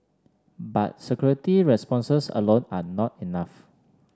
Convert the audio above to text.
but security responses alone are not enough